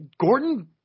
Gordon